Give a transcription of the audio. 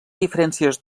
diferències